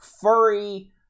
furry